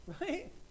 Right